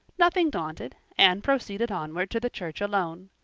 nothing daunted, anne proceeded onward to the church alone.